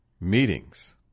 meetings